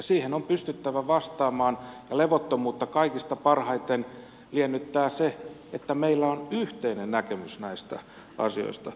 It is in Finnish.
siihen on pystyttävä vastaamaan ja levottomuutta kaikista parhaiten liennyttää se että meillä on yhteinen näkemys näistä asioista